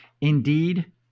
Indeed